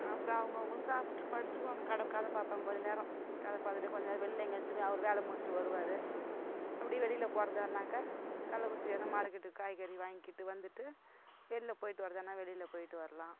அப்புறம் அவங்க அவங்களும் சாப்பிட்டு படுத்துக்குவாங்க கட கதை பார்ப்பாங்க கொஞ்சம் நேரம் கதை பார்த்துட்டே கொஞ்சம் வெளில எங்கையாச்சுக்கும் வே அவரு வேலை முடிச்சுட்டு வருவார் அப்படியே வெளியில் போகிறதானாக்கா கள்ளக்குறிச்சி எதுனால் மார்கெட்டு காய்கறி வாங்கிக்கிட்டு வந்துட்டு வெளில போய்ட்டு வர்றதுதானா வெளியில் போய்ட்டு வரலாம்